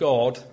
God